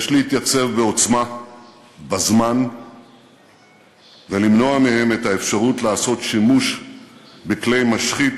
יש להתייצב בעוצמה בזמן ולמנוע מהם את האפשרות לעשות שימוש בכלי משחית